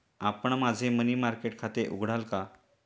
आपण माझे money market खाते उघडाल का?